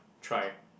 try